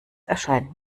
erscheint